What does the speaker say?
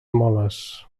moles